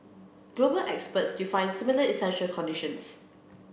global experts define similar essential conditions